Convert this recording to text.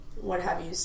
what-have-you